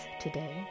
today